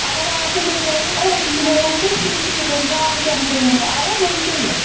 اگر آسہِ مُردیٛادِم أنۍ تِمو ووٚنوٕ تۄہہِ ٹھیٖک ٹھیٖک کٔرِو راتھ ہَے تۅہہِ ووٚنوٕ اَوٕ وۄنۍ کیٛاہ یہِ